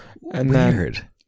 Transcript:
Weird